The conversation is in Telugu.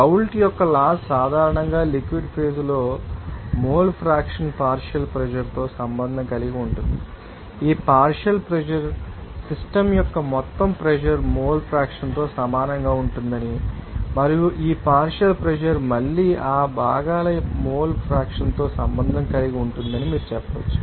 రౌల్ట్ యొక్క లాస్ సాధారణంగా లిక్విడ్ ఫేజ్ లో మోల్ ఫ్రాక్షన్ పార్షియల్ ప్రెషర్ తో సంబంధం కలిగి ఉంటుంది ఈ పార్షియల్ ప్రెషర్ సిస్టమ్ యొక్క మొత్తం ప్రెషర్ మోల్ ఫ్రాక్షన్ తో సమానంగా ఉంటుందని మరియు ఈ పార్షియల్ ప్రెషర్ మళ్ళీ ఆ భాగాల మోల్ ఫ్రాక్షన్ తో సంబంధం కలిగి ఉంటుందని మీరు చెప్పవచ్చు